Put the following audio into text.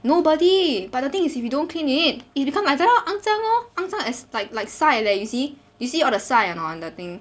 nobody but the thing is if you don't clean it it become like that lor 肮脏 lor as like like sai leh you see you see all the sai or not on the thing